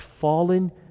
fallen